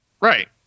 Right